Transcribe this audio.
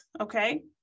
Okay